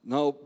Now